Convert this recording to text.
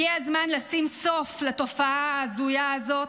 הגיע הזמן לשים סוף לתופעה ההזויה הזאת,